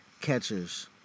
catchers